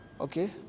Okay